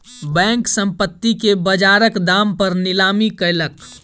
bank, संपत्ति के बजारक दाम पर नीलामी कयलक